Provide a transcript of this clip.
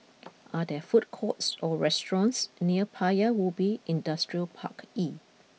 are there food courts or restaurants near Paya Ubi Industrial Park E